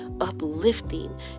uplifting